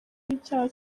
icyaha